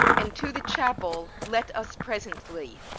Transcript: and to the chapel let us presently.